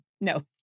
No